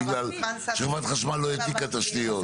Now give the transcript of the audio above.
בגלל שחברת החשמל לא העתיקה תשתיות.